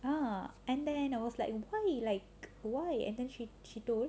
ah and then I was like why like why and then she told